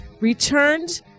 returned